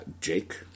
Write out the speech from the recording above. Jake